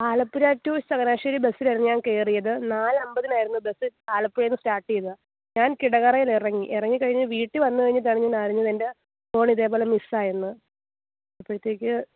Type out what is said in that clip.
Alappuzha to Changanassery ബസ്സിലായിരുന്നു ഞാൻ കയറിയത് നാള് അമ്പതിനാരുന്നു ബസ്സ് ആലപ്പുഴയിൽ നിന്ന് സ്റ്റാർട്ട് ചെയ്തത് ഞാൻ കിടങ്ങറയിൽ ഇറങ്ങി ഇറങ്ങിക്കഴിഞ്ഞ് വീട്ടിൽ വന്ന് കഴിഞ്ഞിട്ടാണ് ഞാൻ അറിഞ്ഞത് എന്റെ ഫോൺ ഇതേപോലെ മിസ്സ് ആയെന്ന് അപ്പോഴത്തേക്ക്